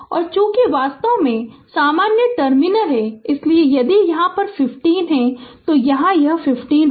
और चूंकि यह वास्तव में सामान्य टर्मिनल है इसलिए यदि यहाँ यह 15 है तो यहाँ भी यह 15 है